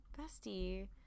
bestie